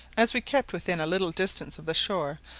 as we kept within a little distance of the shore,